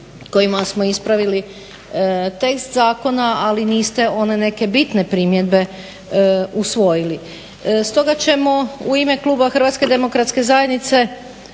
kojima smo ispravili tekst zakona ali niste one neke bitne primjedbe usvojili. Stoga ćemo u ime Kluba HDZ-a uložiti amandmane